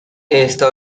esta